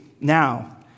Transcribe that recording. now